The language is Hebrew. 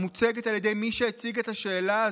המוצגת על ידי מי שהציג את השאלה הזאת,